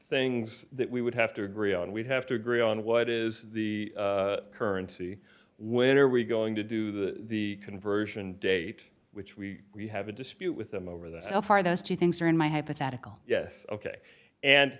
things that we would have to agree on we'd have to agree on what is the currency when are we going to do the conversion date which we we have a dispute with them over the so far those two things are in my hypothetical yes ok and